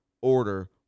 order